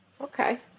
Okay